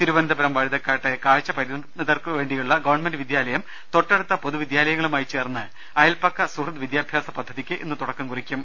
തിരുവ നന്തപുരം വഴുതക്കാട്ടെ കാഴ്ചപരിമിതർക്കുവേണ്ടിയുള്ള ഗവൺമെന്റ് വിദ്യാലയം തൊട്ടടുത്ത പൊതുവിദ്യാലയങ്ങളുമായി ചേർന്ന് അയൽപക്ക സുഹൃദ് വിദ്യാലയ പദ്ധതിക്ക് ഇന്ന് തുടക്കം കുറിക്കും